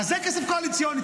זה כסף קואליציוני.